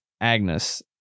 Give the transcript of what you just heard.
Agnes